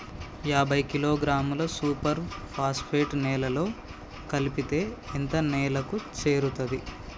యాభై కిలోగ్రాముల super phosphate నేలలో కలిపితే ఎంత నేలకు చేరుతది?